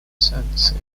санкции